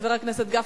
חבר הכנסת גפני,